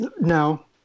No